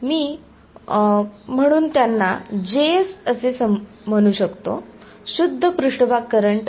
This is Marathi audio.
त्यामुळे मी म्हणून त्यांना असे म्हणू शकतो शुद्ध पृष्ठभाग करंट